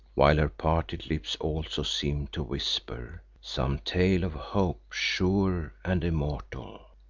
while her parted lips also seemed to whisper some tale of hope, sure and immortal.